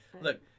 look